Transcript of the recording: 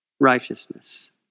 righteousness